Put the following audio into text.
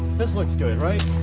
this looks good right?